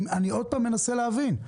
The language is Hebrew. אני עוד מנסה להבין.